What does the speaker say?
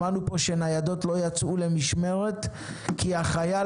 שמענו פה שניידות לא יצאו למשמרת כי החייל